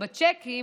שהתקבלה.